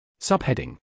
Subheading